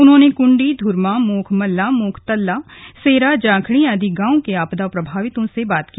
उन्होंने कुण्डी धुर्मा मोख मल्ला मोख तल्ला सेरा जाखणी आदि गांवों के आपदा प्रभावितों से बातचीत की